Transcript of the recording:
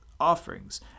Offerings